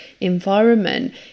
environment